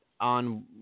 on